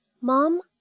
Mom